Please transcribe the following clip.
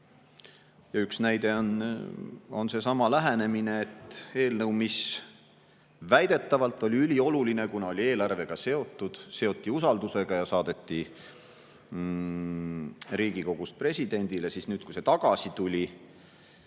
Üks näide on seesama lähenemine, et eelnõu, mis oli väidetavalt ülioluline, kuna see oli eelarvega seotud, seoti usaldusega ja saadeti Riigikogust presidendile, ja nüüd, kui see tagasi tuli,